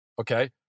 okay